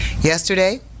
Yesterday